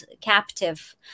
captive